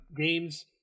games